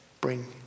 bring